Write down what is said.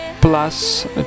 plus